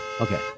Okay